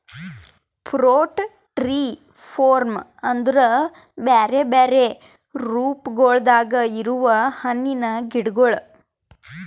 fruit tree form ಅಂದುರ್ ಬ್ಯಾರೆ ಬ್ಯಾರೆ ರೂಪಗೊಳ್ದಾಗ್ ಇರವು ಹಣ್ಣಿನ ಗಿಡಗೊಳ್